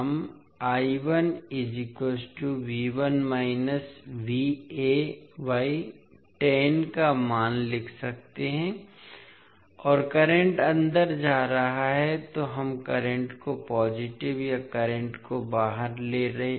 हम का मान लिख सकते हैं और करंट अंदर जा रहा है तो हम करंट को पॉजिटिव या करंट को बाहर ले जा रहे हैं